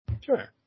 Sure